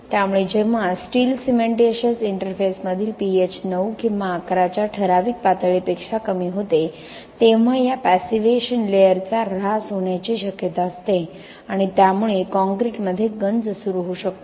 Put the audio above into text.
त्यामुळे जेव्हा steel cementitious इंटरफेसमधील pH 9 किंवा 11 च्या ठराविक पातळीपेक्षा कमी होते तेव्हा या पॅसिव्हेशन लेयरचा ऱ्हास होण्याची शक्यता असते आणि त्यामुळे काँक्रीटमध्ये गंज सुरू होऊ शकतो